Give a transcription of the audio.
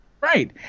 right